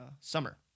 summer